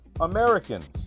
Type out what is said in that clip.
Americans